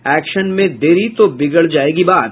action में देरी तो बिगड़ जायेगी बात